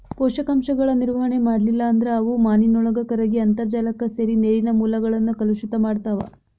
ಪೋಷಕಾಂಶಗಳ ನಿರ್ವಹಣೆ ಮಾಡ್ಲಿಲ್ಲ ಅಂದ್ರ ಅವು ಮಾನಿನೊಳಗ ಕರಗಿ ಅಂತರ್ಜಾಲಕ್ಕ ಸೇರಿ ನೇರಿನ ಮೂಲಗಳನ್ನ ಕಲುಷಿತ ಮಾಡ್ತಾವ